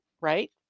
right